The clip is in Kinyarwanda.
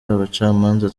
abacamanza